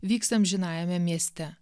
vyksta amžinajame mieste